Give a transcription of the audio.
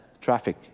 traffic